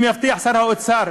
אם יבטיח שר האוצר,